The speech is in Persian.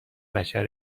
بشر